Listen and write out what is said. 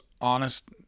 honest